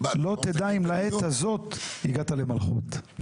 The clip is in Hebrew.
לא תדע אם לעת הזאת הגעת למלכות.